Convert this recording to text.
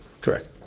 Correct